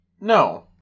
No